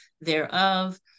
thereof